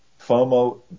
FOMO